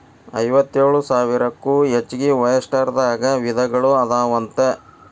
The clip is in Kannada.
ಐವತ್ತೇಳು ಸಾವಿರಕ್ಕೂ ಹೆಚಗಿ ಒಯಸ್ಟರ್ ದಾಗ ವಿಧಗಳು ಅದಾವಂತ